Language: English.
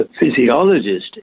physiologist